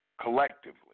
collectively